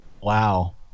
Wow